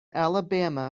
alabama